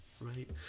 right